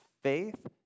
faith